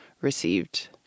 received